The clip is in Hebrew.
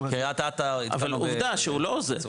קריית אתא -- עובדה שהוא לא זה.